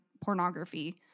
pornography